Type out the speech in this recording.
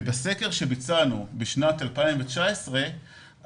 בסקר שביצענו בשנת 2019,